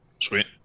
Sweet